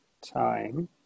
time